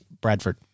Bradford